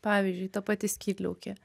pavyzdžiui ta pati skydliaukė